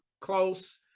close